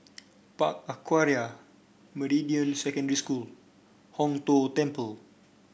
Park Aquaria Meridian Secondary School Hong Tho Temple